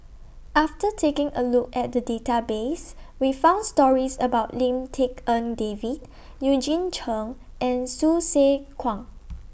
after taking A Look At The Database We found stories about Lim Tik En David Eugene Chen and Hsu Tse Kwang